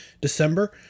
December